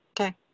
Okay